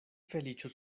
feliĉo